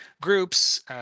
groups